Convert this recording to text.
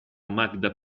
magda